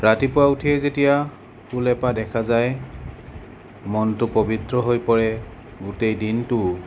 ৰাতিপুৱা উঠিয়েই যেতিয়া ফুল এপাহ দেখা যায় মনটো পৱিত্ৰ হৈ পৰে গোটেই দিনটো